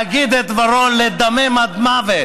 להגיד את דברו לדמם עד מוות.